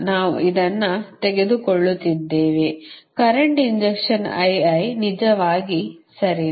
ನಾವು ಇದನ್ನು ತೆಗೆದುಕೊಳ್ಳುತ್ತಿದ್ದೇವೆ ಕರೆಂಟ್ ಇಂಜೆಕ್ಷನ್ ನಿಜವಾಗಿ ಸರಿನಾ